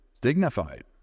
dignified